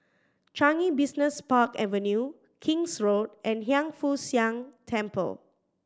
Changi Business Park Avenue King's Road and Hiang Foo Siang Temple